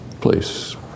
place